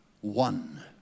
one